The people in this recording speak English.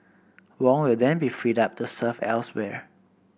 Wong will then be freed up to serve elsewhere